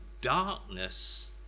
darkness